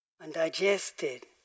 undigested